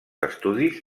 estudis